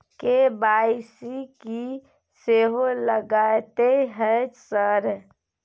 KYC की सेहो लगतै है सर?